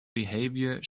behaviour